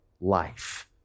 life